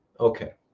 Okay